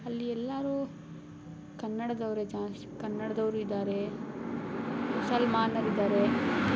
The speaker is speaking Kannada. ಅಲ್ಲಿ ಎಲ್ಲರೂ ಕನ್ನಡದವರೇ ಜಾಸ್ ಕನ್ನಡದವರು ಇದ್ದಾರೆ ಮುಸಲ್ಮಾನರು ಇದ್ದಾರೆ